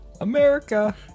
America